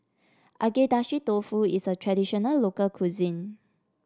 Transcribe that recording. Agedashi Dofu is a traditional local cuisine